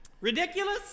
Ridiculous